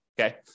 Okay